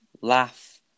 laugh